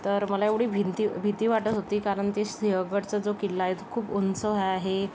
तर मला एवढी भिंती भीती वाटत होती कारण ते सिंहगडचं जो किल्ला आहे तो खूप उंच ह आहे